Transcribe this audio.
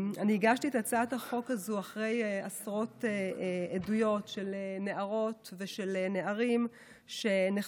הגשתי את הצעת החוק הזאת אחרי עשרות עדויות של נערות ושל נערים שנחשפו